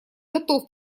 готов